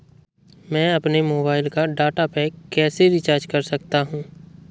मैं अपने मोबाइल का डाटा पैक कैसे रीचार्ज कर सकता हूँ?